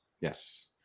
yes